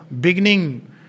Beginning